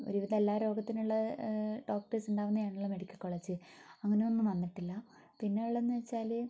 ഒരു വിധം എല്ലാ രോഗത്തിനുള്ള ഡോക്ടേഴ്സ് ഉണ്ടാവുന്നതാണല്ലോ മെഡിക്കൽ കോളേജ് അങ്ങനെയൊന്നും വന്നിട്ടില്ല പിന്നെയുള്ളതെന്ന് വച്ചാൽ